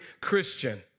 Christian